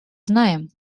знаем